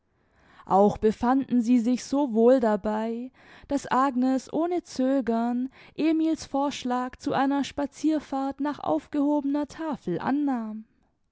auch befanden sie sich so wohl dabei daß agnes ohne zögern emil's vorschlag zu einer spazierfahrt nach aufgehobener tafel annahm